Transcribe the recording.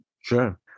sure